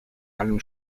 allem